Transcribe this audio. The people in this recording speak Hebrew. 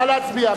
נא להצביע.